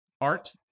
art